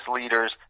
leaders